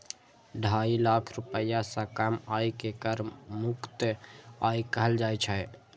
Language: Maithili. ढाई लाख रुपैया सं कम आय कें कर मुक्त आय कहल जाइ छै